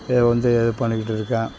வந்து இது பண்ணிகிட்டு இருக்கேன்